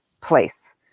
place